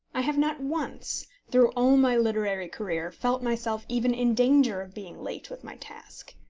i have not once, through all my literary career, felt myself even in danger of being late with my task.